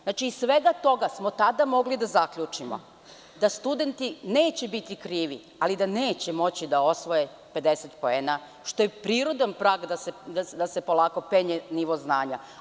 Znači, iz svega toga smo tada mogli da zaključimo da studenti neće biti krivi, ali da neće moći da osvoje 50 poena, što je prirodan prag da se polako penje nivo znanja.